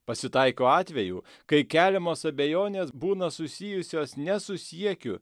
pasitaiko atvejų kai keliamos abejonės būna susijusios ne su siekiu